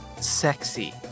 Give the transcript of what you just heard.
sexy